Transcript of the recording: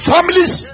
Families